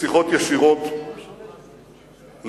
לשיחות ישירות לשלום.